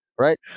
right